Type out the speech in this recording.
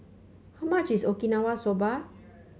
how much is Okinawa Soba